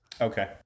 Okay